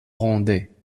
rendait